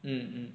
mm mm